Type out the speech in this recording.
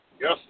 Yes